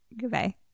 Goodbye